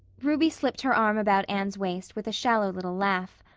ruby slipped her arm about anne's waist with a shallow little laugh.